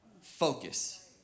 focus